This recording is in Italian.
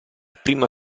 prima